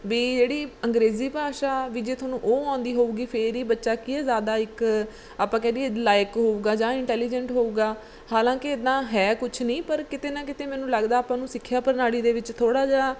ਵੀ ਜਿਹੜੀ ਅੰਗਰੇਜ਼ੀ ਭਾਸ਼ਾ ਵੀ ਜੇ ਤੁਹਾਨੂੰ ਉਹ ਆਉਂਦੀ ਹੋਵੇਗੀ ਫਿਰ ਹੀ ਬੱਚਾ ਕੀ ਹੈ ਜ਼ਿਆਦਾ ਇੱਕ ਆਪਾਂ ਕਹਿ ਦੇਈਏ ਲਾਇਕ ਹੋਵੇਗਾ ਜਾਂ ਇੰਟੈਲੀਜੈਂਟ ਹੋਵੇਗਾ ਹਾਲਾਂਕਿ ਇਦਾਂ ਹੈ ਕੁਛ ਨਹੀਂ ਪਰ ਕਿਤੇ ਨਾ ਕਿਤੇ ਮੈਨੂੰ ਲੱਗਦਾ ਆਪਾਂ ਨੂੰ ਸਿੱਖਿਆ ਪ੍ਰਣਾਲੀ ਦੇ ਵਿੱਚ ਥੋੜ੍ਹਾ ਜਿਹਾ